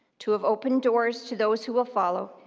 to have opened doors to those who will follow,